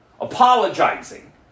apologizing